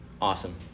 Awesome